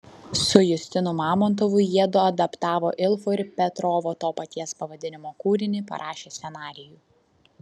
su justinu mamontovu jiedu adaptavo ilfo ir petrovo to paties pavadinimo kūrinį parašė scenarijų